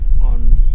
on